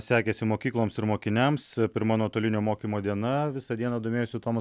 sekėsi mokykloms ir mokiniams pirma nuotolinio mokymo diena visą dieną domėjosi tomas